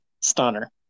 Stunner